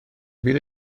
fydd